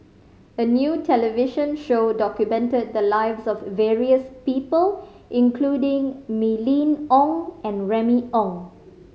a new television show documented the lives of various people including Mylene Ong and Remy Ong